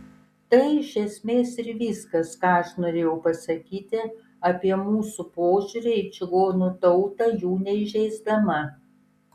tai iš esmės ir viskas ką aš norėjau pasakyti apie mūsų požiūrį į čigonų tautą jų neįžeisdama